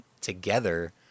together